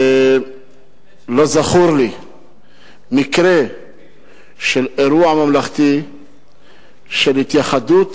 ולא זכור לי מקרה של אירוע ממלכתי של התייחדות